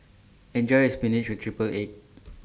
Enjoy your Spinach with Triple Egg